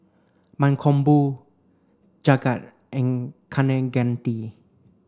Mankombu Jagat and Kaneganti